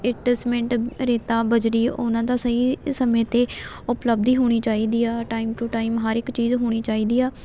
ਇੱਟ cement ਰੇਤਾਂ ਬਜਰੀ ਉਹਨਾਂ ਦਾ ਸਹੀ ਸਮੇਂ 'ਤੇ ਉਪਲਬਧੀ ਹੋਣੀ ਚਾਹੀਦੀ ਆ ਟਾਈਮ ਟੂ ਟਾਈਮ ਹਰ ਇੱਕ ਚੀਜ਼ ਹੋਣੀ ਚਾਹੀਦੀ ਆ